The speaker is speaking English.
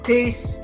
Peace